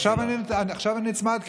עכשיו אני נצמד,